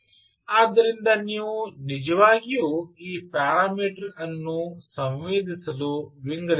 ಆದ್ದರಿಂದ ನೀವು ನಿಜವಾಗಿಯೂ ಈ ಪ್ಯಾರಾಮೀಟರ್ ಅನ್ನು ಸಂವೇದಿಸಲು ವಿಂಗಡಿಸಬಹುದು